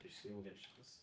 išsijungė šitas